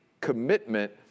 commitment